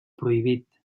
prohibit